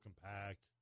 compact